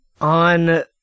on